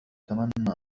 أتمنى